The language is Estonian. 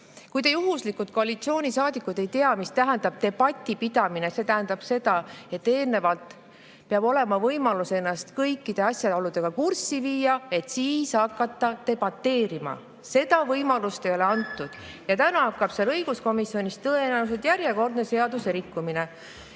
Kui te juhuslikult, koalitsioonisaadikud, ei tea, mida tähendab debati pidamine, siis see tähendab seda, et eelnevalt peab olema võimalus ennast kõikide asjaoludega kurssi viia, et siis hakata debateerima. Seda võimalust ei ole antud ja täna hakkab õiguskomisjonis tõenäoliselt peale järjekordne seaduserikkumine.